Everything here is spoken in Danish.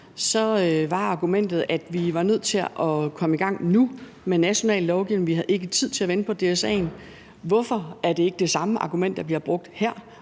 var argumentet, at vi var nødt til at komme i gang nu med national lovgivning, vi havde ikke tid til at vente på DSA'en. Hvorfor er det ikke det samme argument, der bliver brugt her?